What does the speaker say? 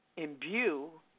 Imbue